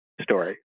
story